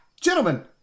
gentlemen